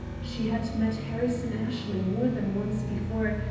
she had met harrison ashley more than once before,